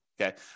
Okay